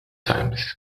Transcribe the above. times